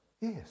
Yes